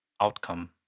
outcome